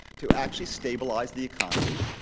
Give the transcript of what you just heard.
to actually stabilize the economy.